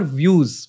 views